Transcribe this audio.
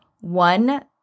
One